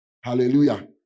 Hallelujah